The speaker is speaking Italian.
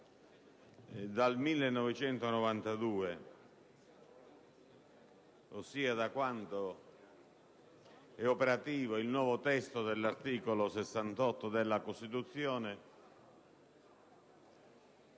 dal 1992, ossia da quando è operativo il nuovo testo dell'articolo 68 della Costituzione,